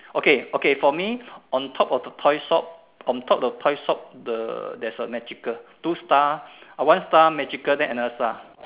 okay okay for me on top of the top shop on top of toy shop the there is a magical two star uh one star magical then another star